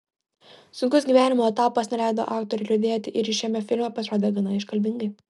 sunkus gyvenimo etapas neleido aktoriui liūdėti ir jis šiame filme pasirodė gana iškalbingai